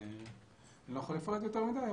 אני לא יכול לפרט יותר מדי,